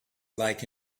like